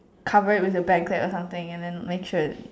cover it with your bag or something and then make sure it's